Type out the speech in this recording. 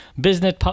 business